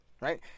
Right